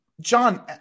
john